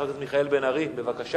חבר הכנסת מיכאל בן-ארי, בבקשה.